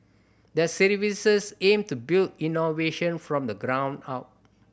their services aim to build innovation from the ground up